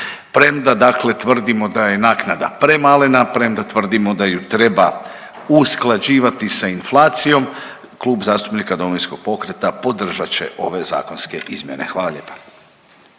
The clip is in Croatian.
Premda dakle tvrdimo da je naknada premalena, premda tvrdimo da ju treba usklađivati sa inflacijom, Klub zastupnika Domovinskog pokreta podržat će ovaj zakonske izmjene. Hvala lijepa.